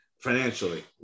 financially